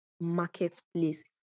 marketplace